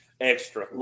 Extra